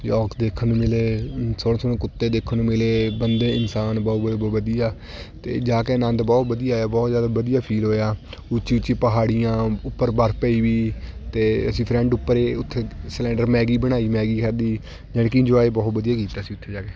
yolk ਦੇਖਣ ਨੂੰ ਮਿਲੇ ਸੋਹਣੇ ਸੋਹਣੇ ਕੁੱਤੇ ਦੇਖਣ ਨੂੰ ਮਿਲੇ ਬੰਦੇ ਇਨਸਾਨ ਬਹੁਤ ਬ ਬ ਵਧੀਆ ਅਤੇ ਜਾ ਕੇ ਆਨੰਦ ਬਹੁਤ ਵਧੀਆ ਆਇਆ ਬਹੁਤ ਜ਼ਿਆਦਾ ਵਧੀਆ ਫੀਲ ਹੋਇਆ ਉੱਚੀ ਉੱਚੀ ਪਹਾੜੀਆਂ ਉੱਪਰ ਬਰਫ਼ ਪਈ ਵੀ ਅਤੇ ਅਸੀਂ ਫਰੈਂਡ ਉੱਪਰ ਉੱਥੇ ਸਿਲੰਡਰ ਮੈਗੀ ਬਣਾਈ ਮੈਗੀ ਖਾਧੀ ਯਾਨੀ ਕਿ ਇੰਜੋਆਏ ਬਹੁਤ ਵਧੀਆ ਕੀਤਾ ਅਸੀਂ ਉੱਥੇ ਜਾ ਕੇ